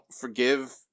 forgive